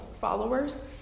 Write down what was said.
followers